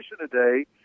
today